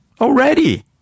Already